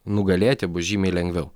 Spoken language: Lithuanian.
nugalėti bus žymiai lengviau